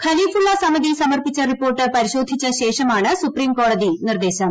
ഖലീഫുള്ള സമിതി സമർപ്പിച്ച റിപ്പോർട്ട് പരിശോധിച്ച ശേഷമാണ് സുപ്രീംകോടതി നിർദ്ദേശം